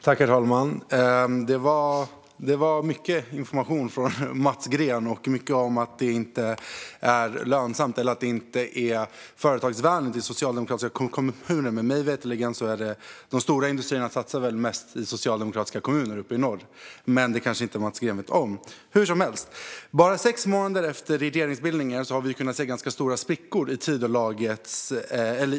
Herr talman! Det var mycket information från Mats Green och mycket om att det inte är lönsamt, eller företagsvänligt, i socialdemokratiska kommuner. Mig veterligen satsar de stora industrierna mest i socialdemokratiska kommuner uppe i norr, men det kanske inte Mats Green vet om. Hur som helst: Bara sex månader efter regeringsbildningen har vi kunnat se ganska stora sprickor i Tidölaget.